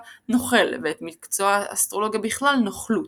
"נוכל" ואת מקצוע האסטרולוגיה בכלל "נוכלות".